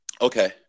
Okay